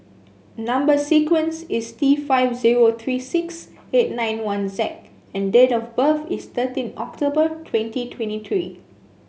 number sequence is T five zero three six eight nine one Z and date of birth is thirteen October twenty twenty three